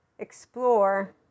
explore